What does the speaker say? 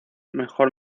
mejor